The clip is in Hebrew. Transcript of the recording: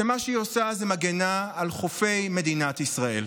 שמה שהיא עושה זה מגינה על חופי מדינת ישראל.